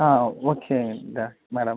ஆ ஓகேங்க மேடம்